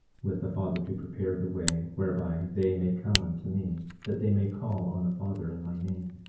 with the father to prepare the way whereby they may come unto me, that they may call on the father in my name.